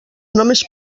només